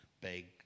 big